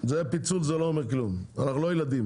הפיצול לא אומר כלום, אנחנו לא ילדים.